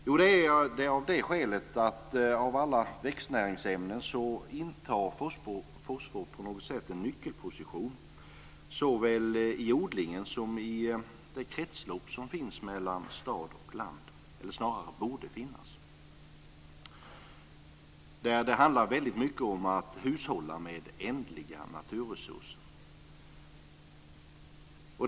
Jo, det är det av det skälet att av alla växtnäringsämnen intar fosfor på något sätt en nyckelposition, såväl i odlingen som i det kretslopp som borde finnas mellan stad och land. Där handlar det väldigt mycket om att hushålla med ändliga naturresurser.